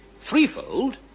threefold